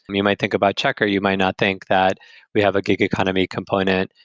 and you might think about checkr, you might not think that we have a gig economy component.